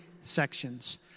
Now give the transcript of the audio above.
sections